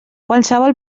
qualsevol